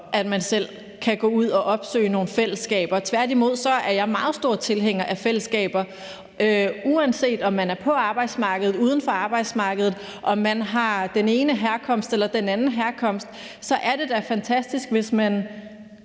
at man selv kan gå ud og opsøge nogle fællesskaber; tværtimod er jeg meget stor tilhænger af fællesskaber. Uanset om man er på arbejdsmarkedet eller uden for arbejdsmarkedet, eller af hvilken herkomst man er, er det da fantastisk, hvis man